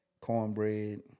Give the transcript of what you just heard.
cornbread